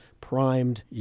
primed